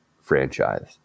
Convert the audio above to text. franchise